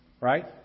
Right